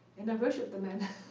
and i worshipped the man.